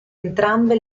entrambe